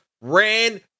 ran